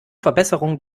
verbesserung